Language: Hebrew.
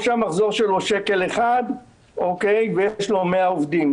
או שהמחזור שלו שקל אחד ויש לו מאה עובדים.